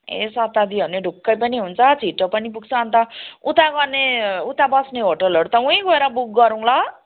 ए शताब्दी हो भने ढुक्कै पनि हुन्छ छिटो पनि पुग्छ अनि त उता गर्ने उता बस्ने होटलहरू त उहीँ गएर बुक गरौँ ल